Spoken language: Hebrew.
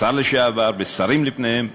השר לשעבר ושרים לפניהם,